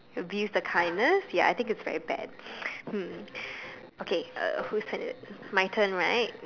you abuse the kindness ya I think it's very bad mm okay uh whose turn is it my turn right